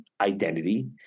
identity